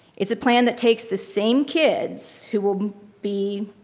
it's a plan that takes the same kids who will be,